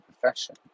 profession